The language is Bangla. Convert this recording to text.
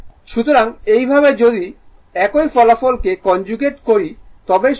সুতরাং একইভাবে যদি I একই ফলাফল কে কনজুগেট করি তবে সঠিক হবে